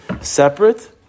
Separate